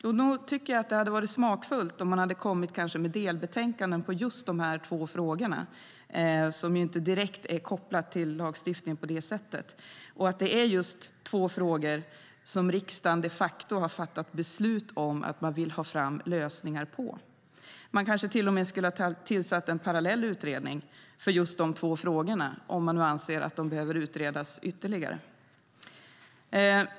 Nog tycker jag att det hade varit smakfullt om man kanske kommit med delbetänkanden om just dessa två frågor som inte direkt är kopplade till lagstiftning på det sättet. Det är två frågor som riksdagen de facto har fattat beslut om att den vill ha lösningar på. Man kanske till och med skulle ha tillsatt en parallell utredning för just de två frågorna om man anser att de behöver utredas ytterligare.